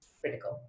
critical